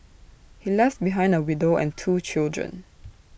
he left behind A widow and two children